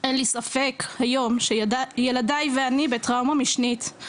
אין לי ספק היום שילדיי ואני בטראומה משנית.